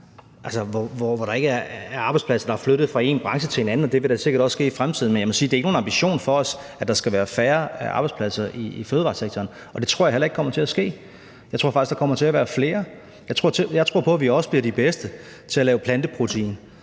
er arbejdspladser, der er flyttet fra en branche til en anden, og det vil sikkert også ske i fremtiden, men jeg må sige, at det ikke er nogen ambition for os, at der skal være færre arbejdspladser i fødevaresektoren, og det tror jeg heller ikke kommer til at ske. Jeg tror faktisk, der kommer til at være flere. Jeg tror på, at vi også bliver de bedste til at lave planteprotein.